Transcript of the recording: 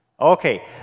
okay